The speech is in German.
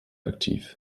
aktiv